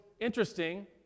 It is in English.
interesting